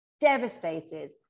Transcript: devastated